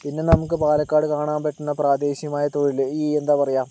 പിന്നെ നമുക്ക് പാലക്കാട് കാണാൻ പറ്റുന്ന പ്രാദേശികമായ തൊഴില് ഈ എന്താ പറയുക